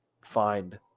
find